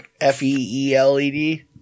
F-E-E-L-E-D